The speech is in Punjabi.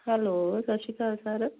ਹੈਲੋ ਸਤਿ ਸ਼੍ਰੀ ਅਕਾਲ ਸਰ